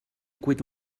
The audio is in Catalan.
cuit